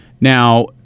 Now